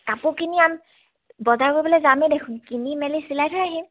কাপোৰ কিনি আম বজাৰ কৰিবলৈ যামেই দেখোন কিনি মেলি চিলাই থৈ আহিম